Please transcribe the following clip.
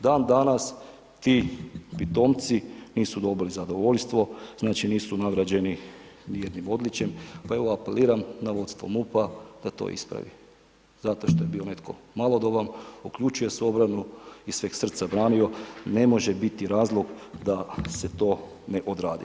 Dan danas ti pitomci nisu dobili zadovoljstvo, znači, nisu nagrađeni ni jednim odličjem pa evo apeliram na vodstvo MUP-a da to ispravi, zato što je bio netko malodoban, uključuje se u obranu iz sveg srca branio, ne može biti razlog da se to ne odradi.